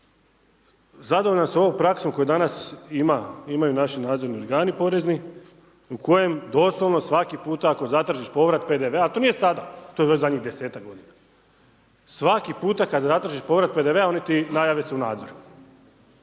zadovoljan s ovom praksom, koju danas ima, imaju naši nadzorni organi porezni, u kojem, doslovno svaki puta, ako zatražiš povrat PDV-a, a to nije sada, to je zadnjih 10-tak g. Svaki puta kada zatražiš povrat PDV-a oni se najave se u nadzor.